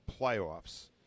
playoffs